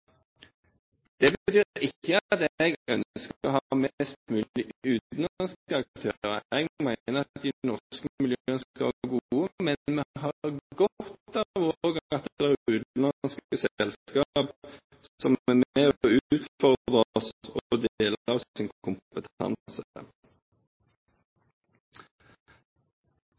Det betyr ikke at jeg ønsker å ha flest mulig utenlandske aktører. Jeg mener at de norske miljøene skal være gode, men vi har også godt av at utenlandske selskaper er med og utfordrer oss og deler sin kompetanse